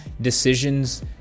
decisions